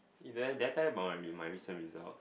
eh did I did I tell you about my re~ my recent result